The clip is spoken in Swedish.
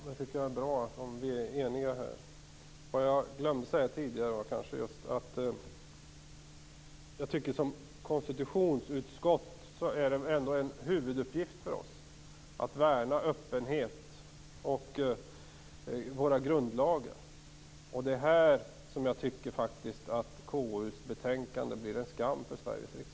Herr talman! Det är bra om vi är eniga här. Jag glömde tidigare att säga att det är en huvuduppgift för konstitutionsutskottet att värna den öppenhet som garanteras i våra grundlagar. Det är här som jag tycker att KU:s betänkande är en skam för Sveriges riksdag.